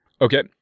okay